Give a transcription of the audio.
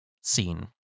seen